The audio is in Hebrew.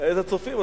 איזה צופים?